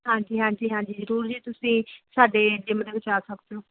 ਹਾਂਜੀ ਹਾਂਜੀ ਹਾਂਜੀ ਜ਼ਰੂਰ ਜੀ ਤੁਸੀਂ ਸਾਡੇ ਜਿੰਮ ਦੇ ਵਿੱਚ ਆ ਸਕਦੇ ਹੋ